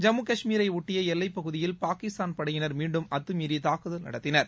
ஜம்மு கஷ்மீரையொட்டிய எல்லைபப்குதியில் பாகிஸ்தான் படையினா் மீண்டும் அத்துமீறி தாக்குதல் நடத்தினர்